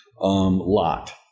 lot